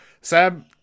Sam